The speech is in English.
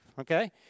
Okay